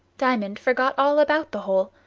diamond forgot all about the hole,